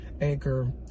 Anchor